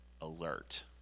alert